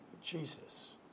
Jesus